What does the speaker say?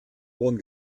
ohren